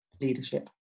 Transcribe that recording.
leadership